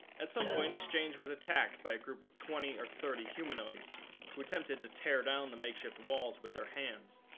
at some point, exchange was attacked by a group of twenty or thirty humanoids who attempted to tear down the makeshift walls with their hands